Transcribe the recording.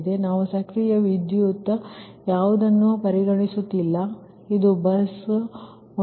ನಾವು ಸಕ್ರಿಯ ವಿದ್ಯುತ್ ಯಾವುದನ್ನೂ ಪರಿಗಣಿಸುತ್ತಿಲ್ಲ ಇದು ಬಸ್ ಒಂದು